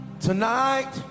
tonight